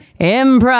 improv